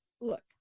look